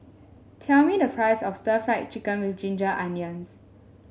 tell me the price of stir Fry Chicken with Ginger Onions